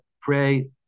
pray